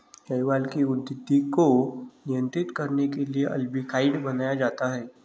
शैवाल की वृद्धि को नियंत्रित करने के लिए अल्बिकाइड बनाया जाता है